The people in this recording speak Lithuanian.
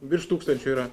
virš tūkstančio yra